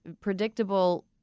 predictable